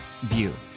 view